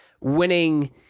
winning